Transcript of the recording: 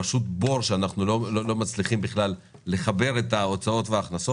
פשוט בור שאנחנו לא מצליחים בכלל לחבר את ההוצאות וההכנסות,